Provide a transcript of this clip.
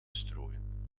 strooien